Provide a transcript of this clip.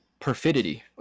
perfidity